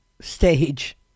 stage